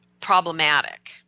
problematic